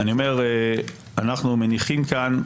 אנחנו מניחים כאן,